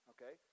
Okay